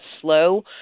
slow